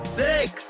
six